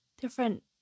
different